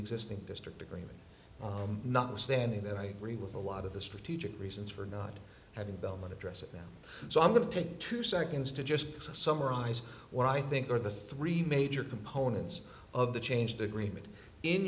existing district agreement notwithstanding that i agree with a lot of the strategic reasons for not having dealt with addressing them so i'm going to take two seconds to just summarize what i think are the three major components of the change the agreement in